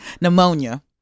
pneumonia